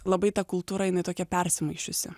labai ta kultūra jinai tokia persimaišiusi